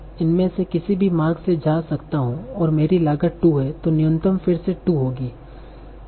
इसलिए मैं इनमें से किसी भी मार्ग से जा सकता हूं और मेरी लागत 2 है तो न्यूनतम फिर से 2 होगी